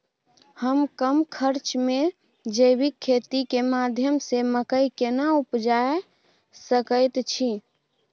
हम कम खर्च में जैविक खेती के माध्यम से मकई केना उपजा सकेत छी?